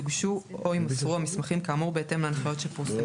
יוגשו או יימסרו המסמכים כאמור בהתאם להנחיות שפורסמו.